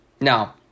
Now